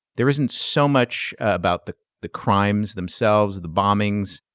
there isn't so much about the the crimes themselves, the bombings,